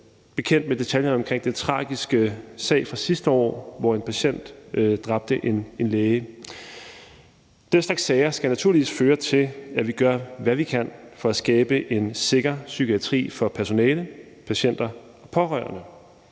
bekendt med detaljerne omkring den tragiske sag fra sidste år, hvor en patient dræbte en læge. Den slags sager skal naturligvis føre til, at vi gør, hvad vi kan, for at skabe en sikker psykiatri for personale, patienter og pårørende.